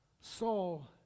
Saul